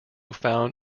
found